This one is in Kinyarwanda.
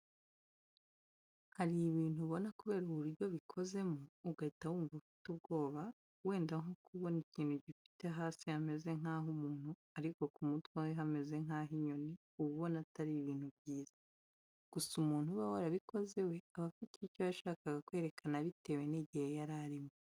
Hari ibintu ubona kubera uburyo bikozemo ugahita wumva ufite ubwoba, wenda nko kubona ikintu gifite hasi hameze nk'ah'umuntu ariko ku mutwe hameze nk'ah'inyoni uba ubona atari ibintu byiza. Gusa umuntu uba warabikoze we aba afite icyo yashakaga kwerekana bitewe n'igihe yari arimo.